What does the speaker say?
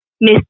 Miss